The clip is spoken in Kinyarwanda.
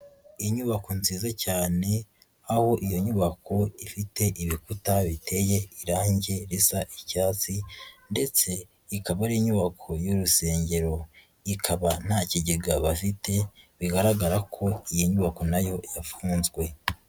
Inyubako nziza cyane aho iyo nyubako ifite ibikuta biteye irangi risa icyatsi ndetse ikaba ari inyubako y'urusengero ikaba nta kigega bafite bigaragara ko iyi nyubako na yo yafunzwe.